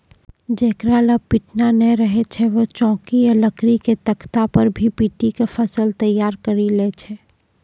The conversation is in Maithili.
जेकरा लॅ पिटना नाय रहै छै वैं चौकी या लकड़ी के तख्ता पर भी पीटी क फसल तैयार करी लै छै